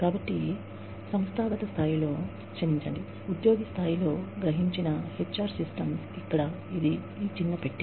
కాబట్టి ఉద్యోగి స్థాయిలో గ్రహించిన హెచ్ ఆర్ సిస్టమ్స్ ఇక్కడ ఇది ఈ చిన్న బాక్స్